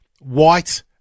white